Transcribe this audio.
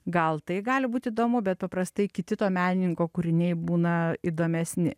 gal tai gali būt įdomu bet paprastai kiti to menininko kūriniai būna įdomesni